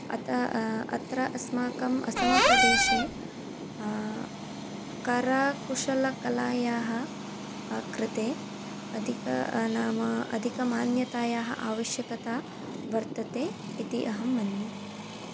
अतः अत्र अस्माकम् असमप्रदेशे करकुशलकलायाः कृते अधिकं नाम अधिकमान्यतायाः आवश्यकता वर्तते इति अहं मन्ये